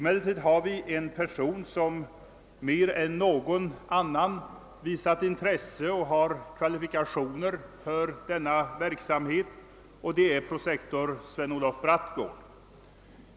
Vi har emeller tid en person som mer än någon annan visat intresse och som också har kvalifikationer för denna verksamhet, nämligen prosektor Sven Olof Brattgård.